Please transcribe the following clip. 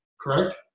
Correct